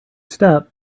step